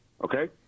Okay